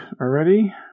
already